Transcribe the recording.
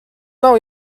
nav